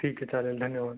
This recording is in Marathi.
ठीक आहे चालेल धन्यवाद